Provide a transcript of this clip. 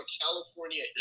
California